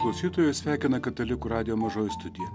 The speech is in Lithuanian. klausytojus sveikina katalikų radijo mažoji studija